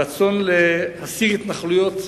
הרצון להסיר התנחלויות,